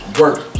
work